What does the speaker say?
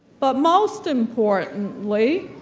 but most importantly,